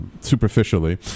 superficially